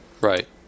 Right